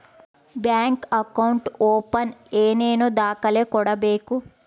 Bank account open ಏನೇನು ದಾಖಲೆ ಕೊಡಬೇಕು?